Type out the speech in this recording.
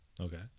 Okay